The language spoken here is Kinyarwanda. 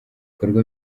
ibikorwa